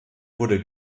wurde